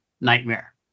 Nightmare